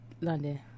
London